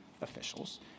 officials